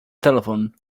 telephone